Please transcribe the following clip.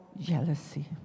jealousy